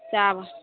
चाबल